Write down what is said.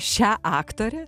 šią aktorę